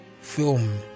film